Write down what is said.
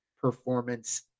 Performance